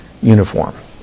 uniform